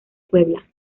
puebla